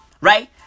right